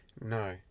No